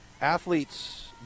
athletes